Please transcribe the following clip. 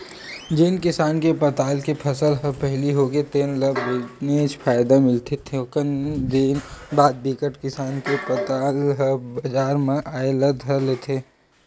जेन किसान के पताल के फसल ह पहिली होगे तेन ल बनेच फायदा मिलथे थोकिन दिन बाद बिकट किसान के पताल ह बजार म आए ल धर लेथे